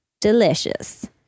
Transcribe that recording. Delicious